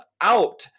out